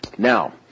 Now